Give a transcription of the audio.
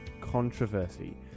controversy